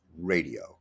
radio